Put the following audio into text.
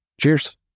Cheers